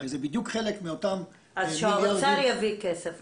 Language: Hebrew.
הרי זה בדיוק חלק מאותם --- אז שהאוצר יביא כסף לכך אם הוא רוצה.